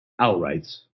outrights